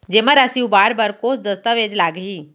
जेमा राशि उबार बर कोस दस्तावेज़ लागही?